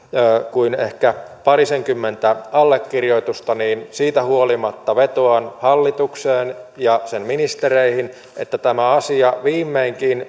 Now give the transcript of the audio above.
kuin ehkä parisenkymmentä allekirjoitusta niin siitä huolimatta vetoan hallitukseen ja sen ministereihin että tämä asia viimeinkin